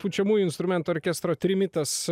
pučiamųjų instrumentų orkestro trimitas